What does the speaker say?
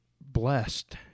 blessed